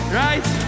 right